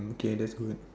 K that's good